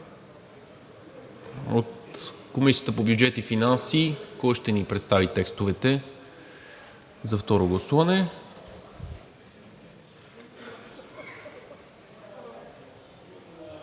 От Комисията по бюджет и финанси кой ще ни представи текстовете за второ гласуване?